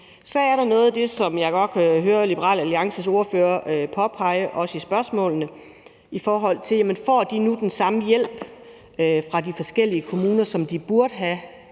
Så er der noget af det, som jeg godt kan høre Liberal Alliances ordfører påpege, også i spørgsmålene, i forhold til om de nu får den samme hjælp fra de forskellige kommuner, som de burde have.